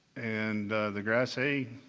and the grass hay